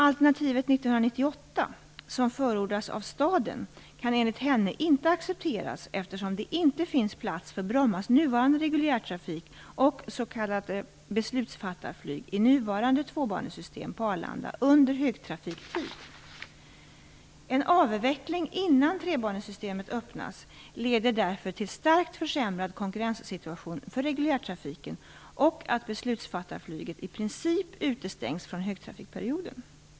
Alternativet 1998, som förordas av staten, kan enligt henne inte accepteras eftersom det inte finns plats för Brommas nuvarande reguljärtrafik och för s.k. beslutsfattarflyg i nuvarande tvåbanesystem på Arlanda under högtrafiktid. En avveckling innan trebanesystemet öppnas leder därför till starkt försämrad konkurrenssituation för reguljärtrafiken och till att beslutsfattarflyget i princip utestängs från högtrafikperioden.